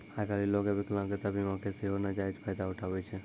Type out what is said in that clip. आइ काल्हि लोगें विकलांगता बीमा के सेहो नजायज फायदा उठाबै छै